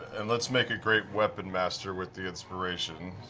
and let's make it great weapon master with the inspiration.